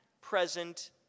present